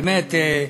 באמת,